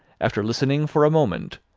after listening for a moment,